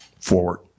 forward